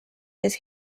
his